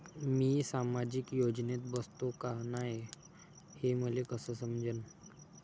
मी सामाजिक योजनेत बसतो का नाय, हे मले कस समजन?